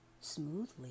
smoothly